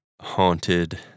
haunted